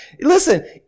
Listen